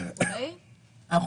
אני